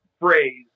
phrase